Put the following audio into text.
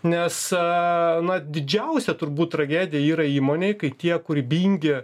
nes a na didžiausia turbūt tragedija yra įmonei kai tie kūrybingi